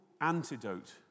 antidote